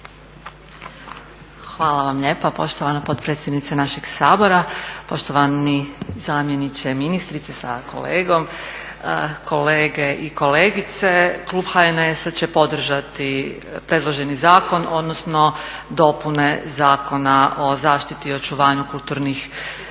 Hvala vam lijepa poštovana potpredsjednice naše Sabora, poštovani zamjeniče ministrice sa kolegom, kolege i kolegice. Klub HNS-a će podržati predloženi zakon, odnosno dopune Zakona o zaštiti i očuvanju kulturnih dobara.